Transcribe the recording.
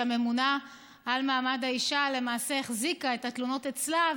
שהממונה על מעמד האישה למעשה החזיקה את התלונות אצלה,